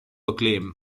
acclaim